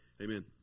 Amen